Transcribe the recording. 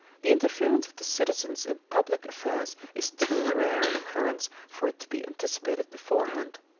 the interference of the citizens in public affairs is too rare an occurrence for it to be anticipated beforehand.